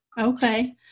Okay